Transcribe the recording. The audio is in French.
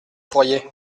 fourrier